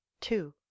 two